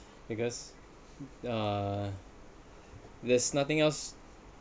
I guess uh there's nothing else